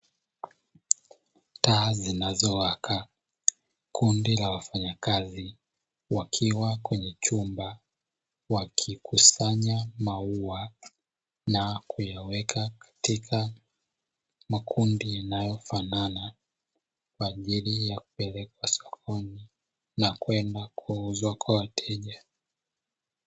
Taa zinazowaka, kundi la wafanyakazi, wakiwa kwenye chumba wa kikusanya maua, na kuyaweka katika makundi yanayofanana kwa ajili ya kupelekwa sokoni na kwenda kuuzwa kwa wateja.